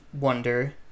wonder